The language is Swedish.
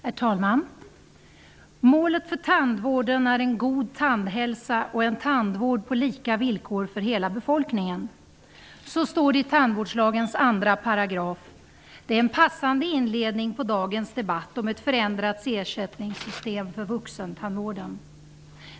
Herr talman! ''Målet för tandvården är en god tandhälsa och en tandvård på lika villkor för hela befolkningen.'' Så står det i tandvårdslagens andra paragraf. Det är en passande inledning på dagens debatt om ett förändrat ersättningssystem för vuxentandvården.